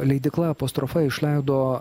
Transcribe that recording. leidykla apostrofa išleido